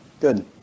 Good